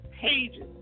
pages